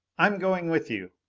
i'm going with you.